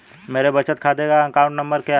मेरे बचत खाते का अकाउंट नंबर क्या है?